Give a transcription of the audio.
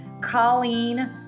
Colleen